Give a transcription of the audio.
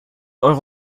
eure